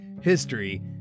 history